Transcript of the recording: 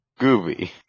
Gooby